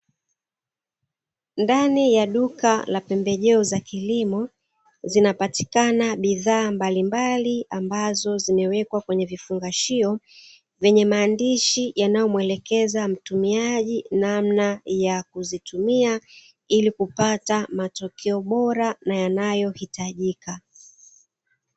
Ndani ya duka la pembejeo za kilimo, zinapatikana bidhaa mbalimbali ambazo zimewekwa kwenye vifungashio. Zenye maandishi yanaomuelekeza mtumiaji namna ya kuzitumia, ili kupata matokeo bora na yanayohitajika.